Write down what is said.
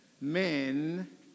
men